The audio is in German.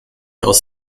aus